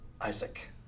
Isaac